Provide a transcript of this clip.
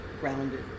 grounded